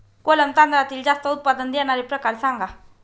कोलम तांदळातील जास्त उत्पादन देणारे प्रकार सांगा